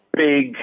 big